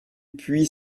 puits